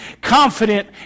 confident